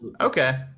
okay